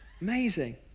amazing